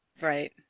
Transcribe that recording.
Right